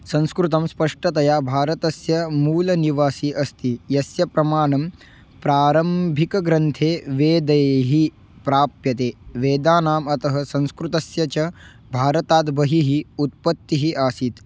संस्कृतं स्पष्टतया भारतस्य मूलनिवासी अस्ति यस्य प्रमाणं प्रारम्भिकग्रन्थे वेदैः प्राप्यते वेदानाम् अतः संस्कृतस्य च भारताद्बहिः उत्पत्तिः आसीत्